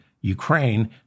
Ukraine